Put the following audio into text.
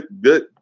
Good